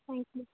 thank you